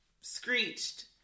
screeched